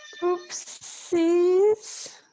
Oopsies